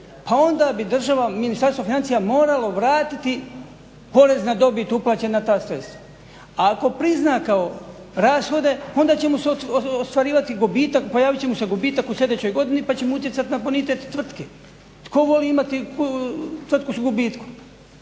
pa onda bi država, Ministarstvo financija moralo vratiti porez na dobit uplaćen na ta sredstva. A ako prizna kao rashode onda će mu se ostvarivati gubitak, pojavit će mu se gubitak u sljedećoj godini pa ćemo utjecati na bonitet tvrtke. Tko voli imati tvrtku s gubitkom?